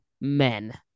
men